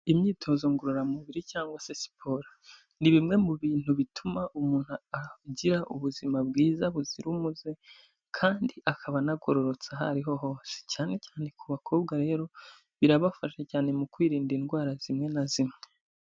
Imyitozo ngororamubiri cyangwa se siporo ni bimwe mu bintu bituma umuntu agira ubuzima bwiza buzira umuze kandi akaba anagororotse aho ari ho hose, cyane cyane ku bakobwa rero birabafasha cyane mu kwirinda indwara zimwe na zimwe.